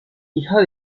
hija